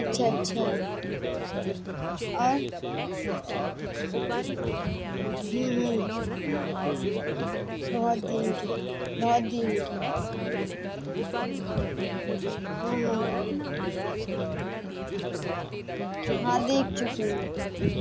اچھا اچھا اور بہت دن کے بہت دن ہو ہاں دیکھ چکی ہوں